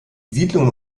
siedlung